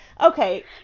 okay